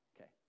Okay